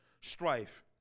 Strife